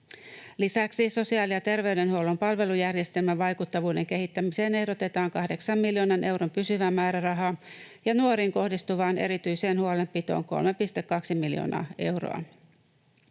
Lisäksi sosiaali- ja terveydenhuollon palvelujärjestelmän vaikuttavuuden kehittämiseen ehdotetaan 8 miljoonan euron pysyvää määrärahaa ja nuoriin kohdistuvaan erityiseen huolenpitoon 3,2 miljoonaa euroa.